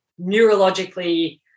neurologically